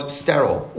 sterile